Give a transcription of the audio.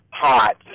Hot